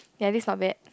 ya this not bad